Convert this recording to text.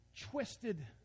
twisted